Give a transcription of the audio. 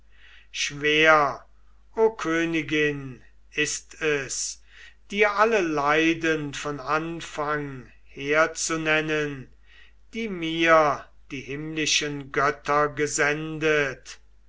schwer o königin ist es dir alle leiden von anfang herzunennen die mir die himmlischen götter gesendet